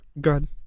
Good